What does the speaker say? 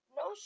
no